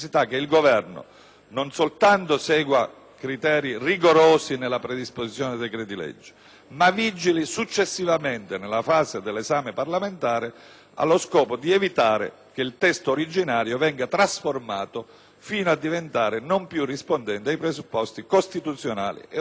non soltanto segua criteri rigorosi nella predisposizione dei decreti-legge, ma vigili successivamente, nella fase dell'esame parlamentare, allo scopo di evitare che il testo originario venga trasformato fino a diventare non più rispondente ai presupposti costituzionali e ordinamentali